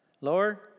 Lower